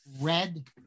red